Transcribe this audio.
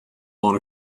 blown